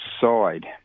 side